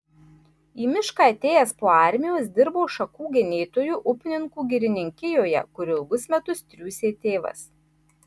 į mišką atėjęs po armijos dirbo šakų genėtoju upninkų girininkijoje kur ilgus metus triūsė tėvas